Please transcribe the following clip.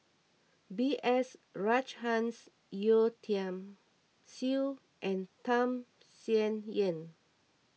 B S Rajhans Yeo Tiam Siew and Tham Sien Yen